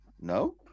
No